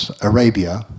Arabia